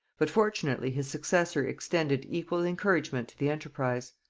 but fortunately his successor extended equal encouragement to the enterprise.